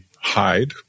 hide